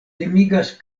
limigas